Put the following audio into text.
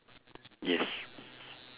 yes